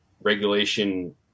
regulation